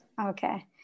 Okay